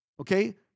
okay